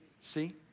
see